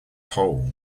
pole